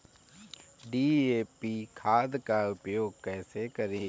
DAP खाद का उपयोग कैसे करें?